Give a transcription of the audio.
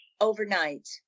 overnight